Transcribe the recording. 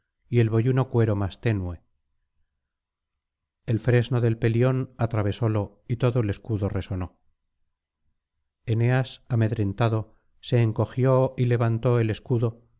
y el boyuno cuero más tenue el fresno del pelión atravesólo y todo el escudo resonó eneas amedrentado se encogió y levantó el escudo